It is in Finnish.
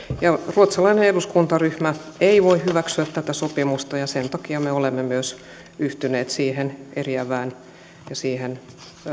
ruotsalainen eduskuntaryhmä ei voi hyväksyä tätä sopimusta ja sen takia me olemme myös yhtyneet siihen eriävään mielipiteeseen ja siihen